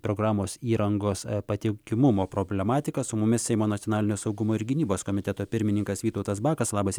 programos įrangos patikimumo problematika su mumis seimo nacionalinio saugumo ir gynybos komiteto pirmininkas vytautas bakas labas